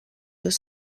deux